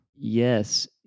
Yes